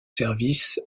service